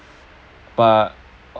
but